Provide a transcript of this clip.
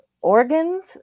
organs